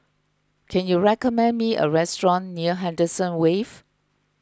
can you recommend me a restaurant near Henderson Wave